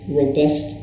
robust